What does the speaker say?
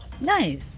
Nice